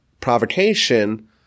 provocation